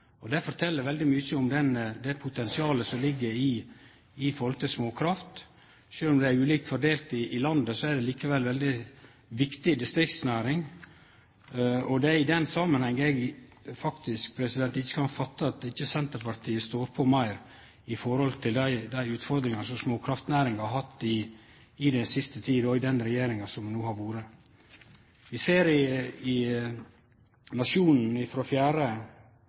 fortel mykje om det potensialet som ligg i småkraft. Sjølv om det er ulikt fordelt i landet, er det likevel ei veldig viktig distriktsnæring. Det er i den samanhengen eg faktisk ikkje kan fatte at ikkje Senterpartiet står på meir når det gjeld dei utfordringane som småkraftnæringa har hatt i den siste tida under den regjeringa som no har vore. Vi ser i